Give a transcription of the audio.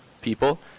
people